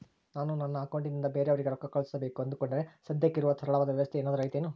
ನಾನು ನನ್ನ ಅಕೌಂಟನಿಂದ ಬೇರೆಯವರಿಗೆ ರೊಕ್ಕ ಕಳುಸಬೇಕು ಅಂದುಕೊಂಡರೆ ಸದ್ಯಕ್ಕೆ ಇರುವ ಸರಳವಾದ ವ್ಯವಸ್ಥೆ ಏನಾದರೂ ಐತೇನು?